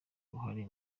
uruhare